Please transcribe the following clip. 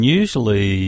usually